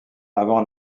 avant